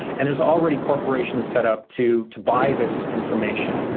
and there's already corporations set up to to buy this information.